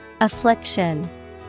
Affliction